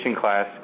class